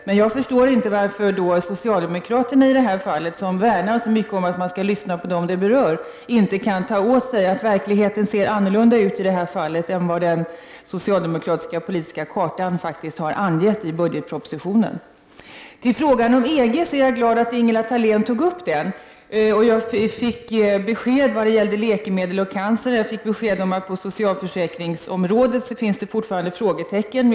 Men jag förstår inte varför socialdemokraterna, som värnar så mycket om att man skall lyssna på dem det berör, i det här fallet inte kan ta åt sig att verkligheten ser annorlunda ut än den socialdemokratiska politiska karta som budgetpropositionen bygger på. Jag är glad att Ingela Thalén tog upp frågan om EG. Jag fick besked vad gäller läkemedel och cancer. Jag fick besked om att det på socialförsäkringsområdet fortfarande finns frågetecken.